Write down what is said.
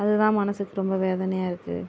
அது தான் மனசுக்கு ரொம்ப வேதனையாக இருக்குது